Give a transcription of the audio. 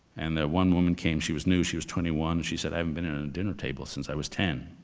and the one woman came, she was new, she was twenty one. she said, i haven't been in a dinner table since i was ten.